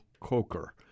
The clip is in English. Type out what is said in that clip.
Coker